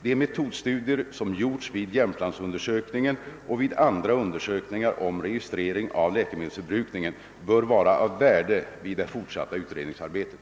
De metodstudier som gjorts vid Jämtlandsundersökningen och vid andra undersökningar om registrering av läkemedelsförbrukningen bör vara av värde vid det fortsatta utredningsarbetet.